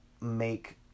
make